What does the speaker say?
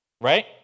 right